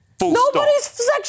Nobody's